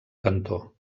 cantó